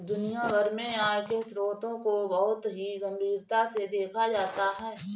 दुनिया भर में आय के स्रोतों को बहुत ही गम्भीरता से देखा जाता है